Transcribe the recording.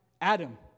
Adam